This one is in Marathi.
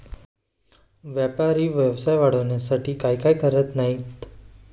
व्यापारी व्यवसाय वाढवण्यासाठी काय काय करत नाहीत